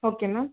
okay ma'am